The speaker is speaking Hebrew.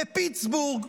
בפיטסבורג,